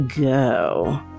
go